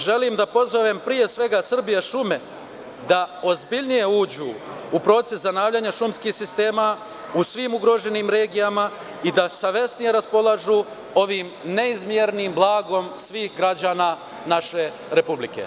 Želim da pozovem, pre svega, „Srbijašume“ da ozbiljnije uđu u proces zanavljanja šumskih sistema u svim ugroženim regijama i da savesnije raspolažu ovim neizmernim blagom svih građana naše Republike.